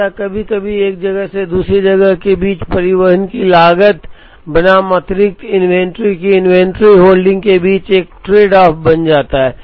तो यह कभी कभी एक जगह से दूसरी जगह के बीच परिवहन की लागत बनाम अतिरिक्त इन्वेंट्री की इन्वेंट्री होल्डिंग के बीच एक ट्रेडऑफ बन जाता है